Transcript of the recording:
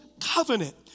covenant